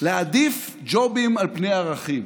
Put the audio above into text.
להעדיף ג'ובים על פני ערכים,